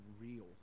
real